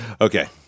Okay